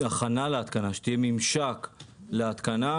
שתהיה ממשק להתקנה,